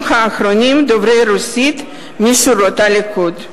האחרונים דוברי הרוסית משורות הליכוד.